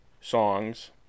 songs